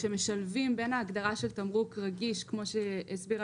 כשמשלבים בין ההגדרה של תמרוק רגיש כמו שהסבירה